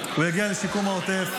הוא יגיע לשיקום העוטף,